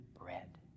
bread